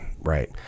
right